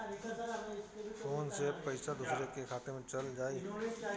Phone से पईसा दूसरे के खाता में चल जाई?